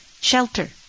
Shelter